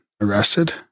arrested